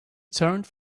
turned